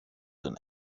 دونن